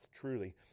truly